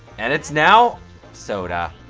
and it's now soda.